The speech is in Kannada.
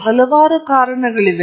ಹಲವಾರು ಕಾರಣಗಳಿವೆ